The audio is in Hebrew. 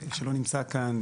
שלא נמצא כאן,